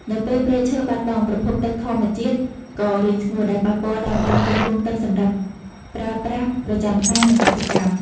នៅពេលព្រៃឈើបាត់បង់ ប្រភពទឹកធម្មជាតិក៏រីងស្ងួត ដែលប៉ះពាល់ដល់ការផ្គត់ផ្គង់ទឹកសម្រាប់ប្រើប្រាស់ប្រចាំថ្ងៃ និងកសិកម្ម។